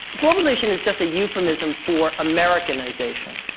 globalization is just a euphemism for americanization,